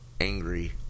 angry